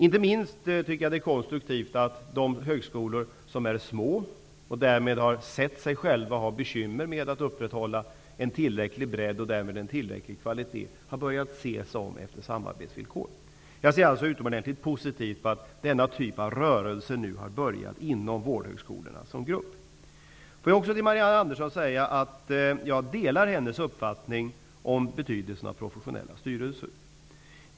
Inte minst konstruktivt är att de små högskolorna som har bekymmer med att upprätthålla tillräcklig bredd och kvalitet har börjat se sig om efter samarbetsvillkor. Jag ser utomordentligt postitivt på att denna typ av utveckling nu har börjat inom vårdhögskolorna. Jag delar Marianne Anderssons uppfattning om betydelsen av professionella styrelser.